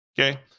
Okay